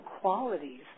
qualities